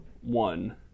one